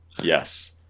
yes